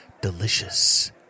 Delicious